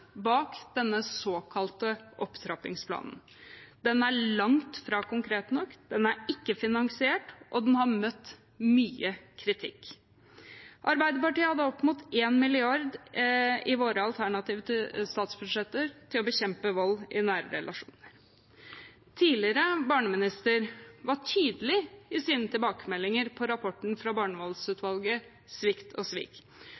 bak denne såkalte opptrappingsplanen. Den er langt fra konkret nok, den er ikke finansiert, og den har møtt mye kritikk. Arbeiderpartiet hadde opp mot 1 mrd. kr i våre alternative statsbudsjetter til å bekjempe vold i nære relasjoner. Den tidligere barneministeren var tydelig i sine tilbakemeldinger til rapporten fra barnevoldsutvalget, Svikt og svik,